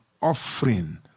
offering